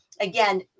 again